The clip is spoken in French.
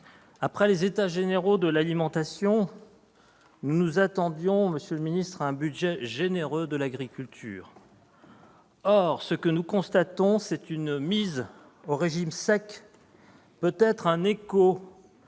après les États généraux de l'alimentation, nous nous attendions à un budget généreux de l'agriculture. Or, ce que nous constatons, c'est une mise au régime sec, peut être en écho